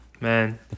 man